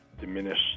diminish